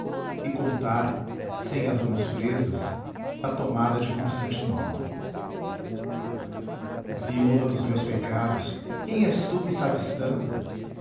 e contar sem as mãos presas a tomada de constantinopla viúva dos meus pecados quem és tu que sabes tanto